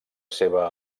seva